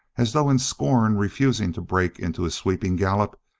as though in scorn refusing to break into his sweeping gallop,